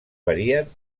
varien